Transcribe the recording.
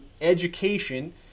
education